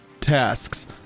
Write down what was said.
tasks